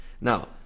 Now